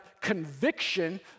conviction